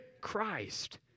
Christ